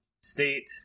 state